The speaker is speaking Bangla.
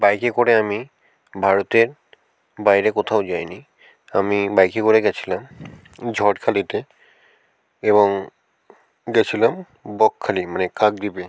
বাইকে করে আমি ভারতের বাইরে কোথাও যাইনি আমি বাইকে করে গেছিলাম ঝড়খালিতে এবং গেছিলাম বকখালি মানে কাকদ্বীপে